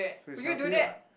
so it's healthier [what]